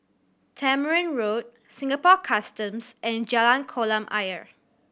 Tamarind Road Singapore Customs and Jalan Kolam Ayer